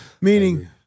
Meaning